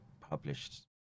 published